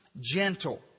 gentle